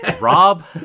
Rob